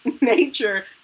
nature